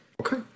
okay